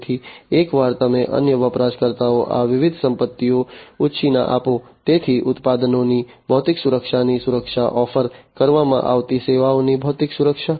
તેથી એકવાર તમે અન્ય વપરાશકર્તાઓને આ વિવિધ સંપત્તિઓ ઉછીના આપો તેથી ઉત્પાદનોની ભૌતિક સુરક્ષાની સુરક્ષા ઓફર કરવામાં આવતી સેવાઓની ભૌતિક સુરક્ષા